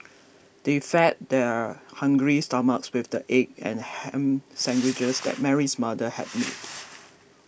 they fed their hungry stomachs with the egg and ham sandwiches that Mary's mother had made